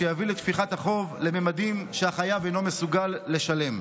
שיביא לתפיחת החוב לממדים שהחייב אינו מסוגל לשלם.